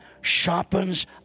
sharpens